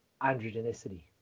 androgenicity